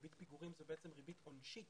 ריבית פיגורים זו בעצם ריבית עונשית